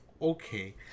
okay